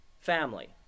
family